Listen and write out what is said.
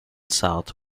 south